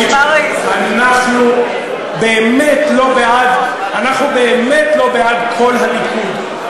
אנחנו באמת לא בעד "קול הליכוד".